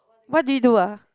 what do you do ah